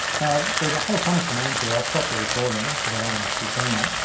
now there's a whole ton of commands here. i'll stop the recording cause i don't wanna keep doing that,